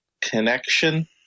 connection